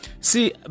See